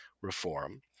reform